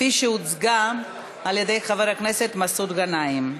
כפי שהוצגה על-ידי חבר הכנסת מסעוד גנאים.